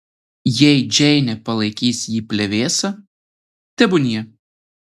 jei džeinė palaikys jį plevėsa tebūnie